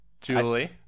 julie